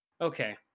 okay